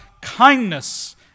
kindness